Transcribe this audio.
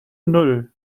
null